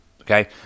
Okay